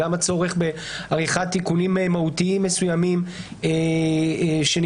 גם הצורך בעריכת תיקונים מהותיים מסוימים שנדרשים